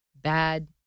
bad